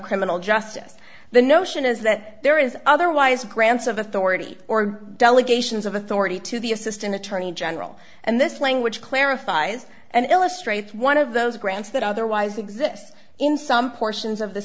criminal justice the notion is that there is otherwise grants of authority or delegations of authority to the assistant attorney general and this language clarifies and illustrates one of those grants that otherwise exists in some portions of the